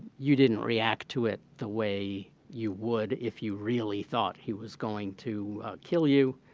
you didn't react to it the way you would if you really thought he was going to kill you,